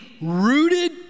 rooted